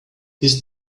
his